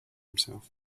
himself